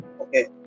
okay